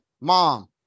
mom